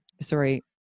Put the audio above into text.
sorry